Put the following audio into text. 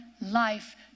life